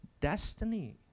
destiny